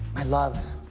my love,